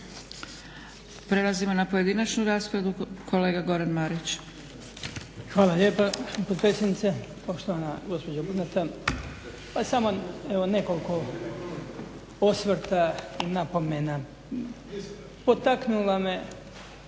Prelazimo na pojedinačnu raspravu. Kolega Goran Marić.